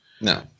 no